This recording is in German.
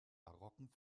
barocken